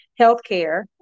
healthcare